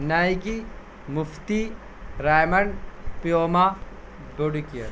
Nike Mufti Raymond Puma body care